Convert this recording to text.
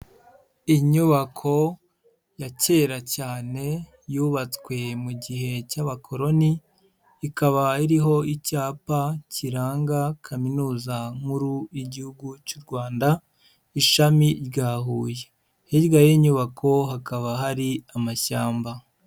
Inyubako ya kera cyane yubatswe mu gihe cy'abakoloni, ikaba iriho icyapa kiranga kaminuza nkuru y'igihugu cy'u Rwanda ishami rya Huye, hirya yiyi nyubako hakaba hari amashyamba.